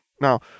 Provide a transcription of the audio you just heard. Now